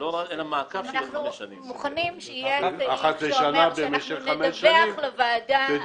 אנחנו מוכנים שיהיה סעיף שאומר שאנחנו נדווח לוועדה על